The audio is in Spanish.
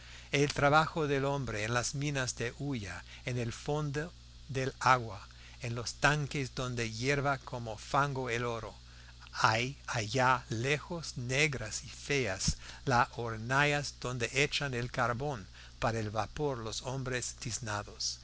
el trabajo del hombre en las minas de hulla en el fondo del agua en los tanques donde hierve como fango el oro hay allá lejos negras y feas las hornallas donde echan el carbón para el vapor los hombres tiznados